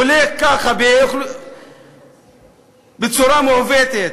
הולך ככה, בצורה מעוותת.